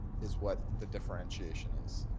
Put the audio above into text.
is what the differentiation is.